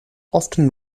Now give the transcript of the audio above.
often